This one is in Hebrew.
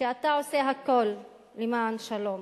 שאתה עושה הכול למען השלום.